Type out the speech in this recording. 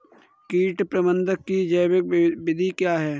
कीट प्रबंधक की जैविक विधि क्या है?